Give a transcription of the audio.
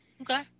Okay